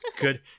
Good